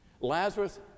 Lazarus